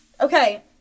Okay